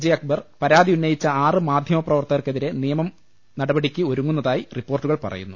J Akbar പരാതി ഉന്നയിച്ച ആറ് മാധ്യമ പ്രവർത്തകർ ക്കെതിരെ നിയമ നടപടിയ്ക്ക് ഒരുങ്ങുന്നതായി റിപ്പോർട്ടുകൾ പറയുന്നു